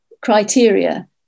criteria